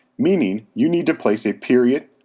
meaning, you need to place a period,